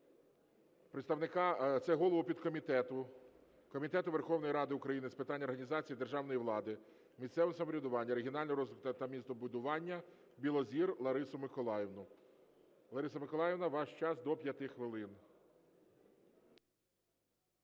це голову підкомітету Комітету Верховної Ради України з питань організації державної влади, місцевого самоврядування, регіонального розвитку та містобудування Білозір Ларису Миколаївну. Лариса Миколаївна, ваш час до 5 хвилин.